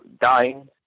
dying